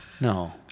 No